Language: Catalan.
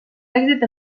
èxit